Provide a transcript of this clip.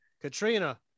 Katrina